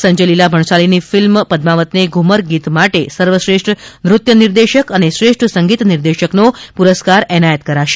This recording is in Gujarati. સંજય લીલા ભણસાલીની ફિલ્મ પદ્માવતને ધુમર ગીત માટે સર્વશ્રેષ્ઠ નૃત્ય નિર્દેશક અને શ્રેષ્ઠ સંગીત નિર્દેશકનો પ્રરસ્કાર એનાયત કરાશે